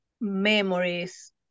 memories